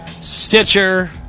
Stitcher